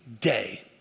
day